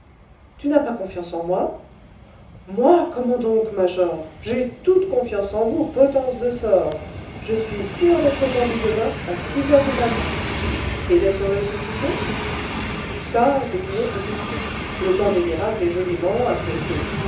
tu n'as pas confiance en moi moi comment donc major j'ai toute confiance en vous potence de sort je suis sûr d'être pendu demain à six heures du matin et d'être ressuscité ça c'est une autre question le temps des miracles est joliment loin